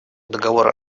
договора